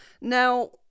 Now